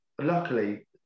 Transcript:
luckily